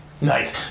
Nice